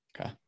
Okay